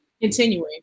continuing